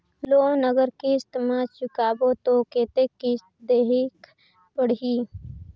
Loan अगर किस्त म चुकाबो तो कतेक किस्त देहेक पढ़ही?